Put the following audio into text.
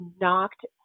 knocked